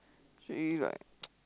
actually like